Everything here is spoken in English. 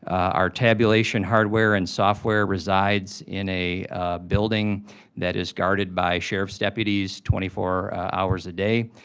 our tabulation hardware and software resides in a building that is guarded by sheriff's deputies twenty four hours a day.